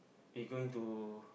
you going to